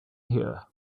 here